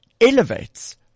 elevates